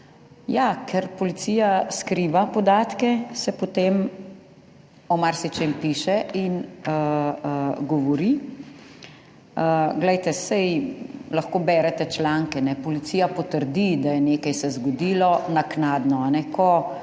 Ja, ker policija skriva podatke, se potem o marsičem piše in govori. Glejte, saj lahko berete članke, ne. Policija potrdi, da je nekaj se zgodilo naknadno.